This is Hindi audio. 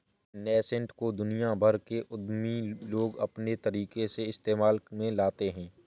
नैसैंट को दुनिया भर के उद्यमी लोग अपने तरीके से इस्तेमाल में लाते हैं